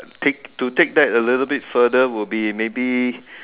take to take that a little bit further would be maybe